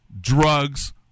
drugs